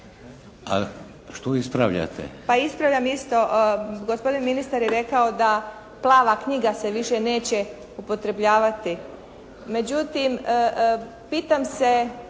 A što ispravljate?/ … Pa ispravljam isto, gospodin ministar je rekao da «plava knjiga» se više neće upotrebljavati. Međutim pitam se